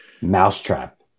mousetrap